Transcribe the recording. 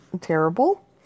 terrible